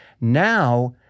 Now